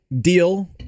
deal